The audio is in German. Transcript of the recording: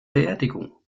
beerdigung